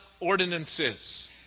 ordinances